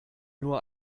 nur